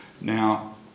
Now